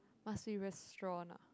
must be restaurant ah